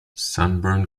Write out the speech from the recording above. sunburn